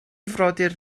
frodyr